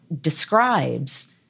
describes